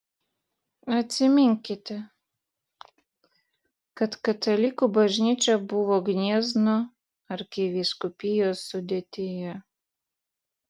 atsiminkite kad katalikų bažnyčia buvo gniezno arkivyskupijos sudėtyje